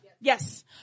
Yes